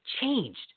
changed